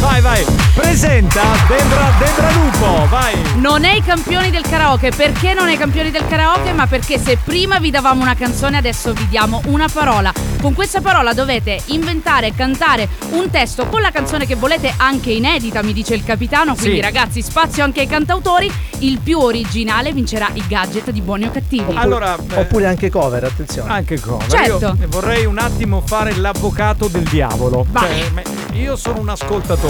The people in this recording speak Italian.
Vai, vai. Presenta Deborah- Deborah Lupo, vai. Non è i campioni del karaoke. Perché non è i campioni del karaoke? Ma perché se prima vi davamo una canzone, adesso vi diamo una parola. Con questa parola dovete inventare e cantare un testo con la canzone che volete, anche inedita, mi dice il capitano. Quindi, Sì. ragazzi, spazio anche ai cantautori. Il più originale vincerà il gadget di Buoni o Cattivi. Oppure- Allora, oppure eh, anche cover, attenzione. anche cover. Io Certo. vorrei un attimo fare l'avvocato del diavolo. Vai. Cioè, me- io sono un ascoltatore,